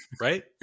right